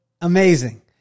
amazing